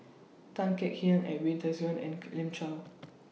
Tan Kek Hiang Edwin Tessensohn and Elim Chew